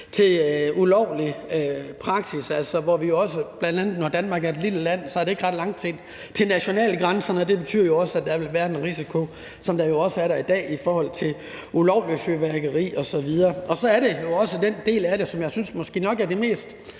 til ulovlig praksis. Når Danmark er et lille land, er der ikke ret langt til nationalgrænserne, og det betyder jo også, at der vil være en risiko, som også er der i dag i forhold til ulovligt fyrværkeri osv. Så er der jo også den del af det, som jeg måske nok synes er det mest